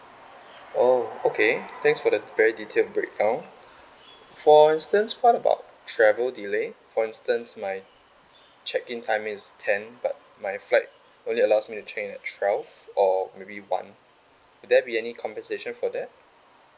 oh okay thanks for the very detailed breakdown for instance what about travel delay for instance my check in time is ten but my flight only allows me to check in at twelve or maybe one will there be any compensation for that